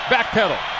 Backpedal